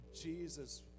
Jesus